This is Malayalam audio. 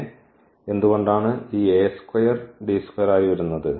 പിന്നെ എന്തുകൊണ്ടാണ് ഈ ആയി വരുന്നത്